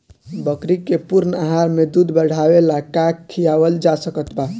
बकरी के पूर्ण आहार में दूध बढ़ावेला का खिआवल जा सकत बा?